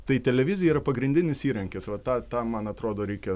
tai televizija yra pagrindinis įrankis va tą tą man atrodo reikia